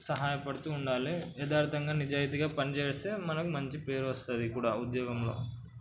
సహాయపడుతూ ఉండాలి యదార్థంగా నిజాయితీగా పనిచేస్తే మనకి మంచి పేరు వస్తుంది కూడా ఉద్యోగంలో